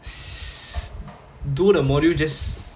s~ do the module just